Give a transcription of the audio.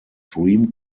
dream